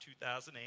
2008